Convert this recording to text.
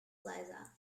plaza